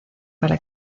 para